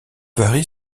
varie